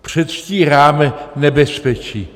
Předstíráme nebezpečí.